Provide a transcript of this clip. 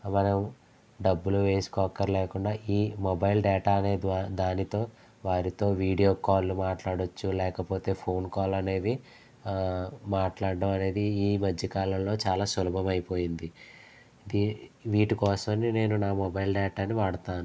మనం డబ్బులు వేసుకో అక్కర లేకుండా ఈ మొబైల్ డేటా అనే దానితో వారితో వీడియో కాల్ మాట్లాడవచ్చు లేకపోతే ఫోన్ కాల్ అనేవి మాట్లాడడం అనేది ఈ మధ్య కాలంలో చాలా సులభమైపోయింది దీ వీటి కోసం నేను నా మొబైల్ డేటాను వాడుతాను